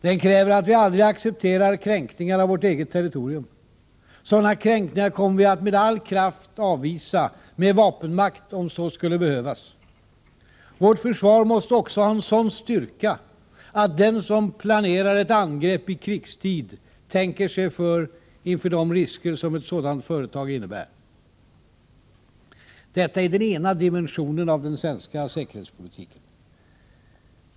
Den kräver att vi aldrig accepterar kränkningar av vårt eget territorium. Sådana kränkningar kommer vi att med all kraft avvisa — med vapenmakt om så skulle behövas. Vårt försvar måste också ha en sådan styrka att den som planerar ett angrepp i krigstid tänker sig för inför de risker som ett sådant företag innebär. Detta är den ena dimensionen i den svenska säkerhetspolitiken.